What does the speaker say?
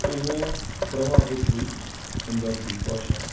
ਉਹ ਪ੍ਰਭਾਵਿਤ ਹੋਈ ਪੰਜਾਬੀ ਭਾਸ਼ਾ